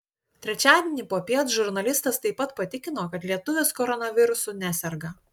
trečiadienį popiet žurnalistas taip pat patikino kad lietuvis koronavirusu neserga